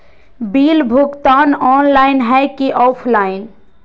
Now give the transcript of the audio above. Bill भुगतान online है की ऑफलाइन?